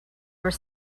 were